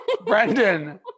Brendan